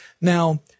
Now